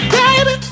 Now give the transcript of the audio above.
baby